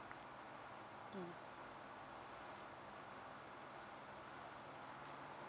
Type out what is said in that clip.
mm